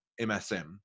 msm